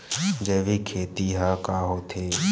जैविक खेती ह का होथे?